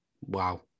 Wow